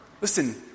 Listen